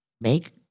make